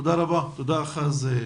תודה אחז.